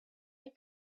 you